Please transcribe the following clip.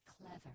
clever